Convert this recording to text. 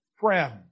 friend